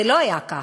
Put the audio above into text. זה לא היה כך,